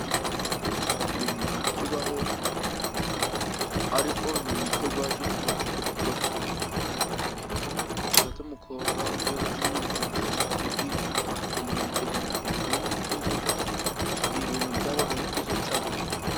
Ibi bintu ntabikibaho, ariko ni umuco gwacu tugomba kubikora. Gufata umukobwa ugiye gushingirwa ukamushiira mu ngobyi, ukamuherekezanya ibibindi by"inzoga ni ibintu byabaga ari byiza cane.